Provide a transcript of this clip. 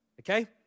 okay